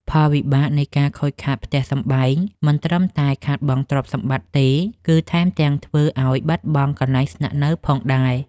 ផលវិបាកនៃការខូចខាតផ្ទះសម្បែងមិនត្រឹមតែខាតបង់ទ្រព្យសម្បត្តិទេ គឺថែមទាំងធ្វើឱ្យបាត់បង់កន្លែងស្នាក់នៅផងដែរ។